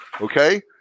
Okay